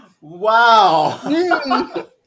Wow